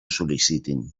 sol·licitin